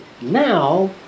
now